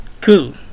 Cool